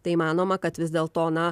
tai įmanoma kad vis dėl to na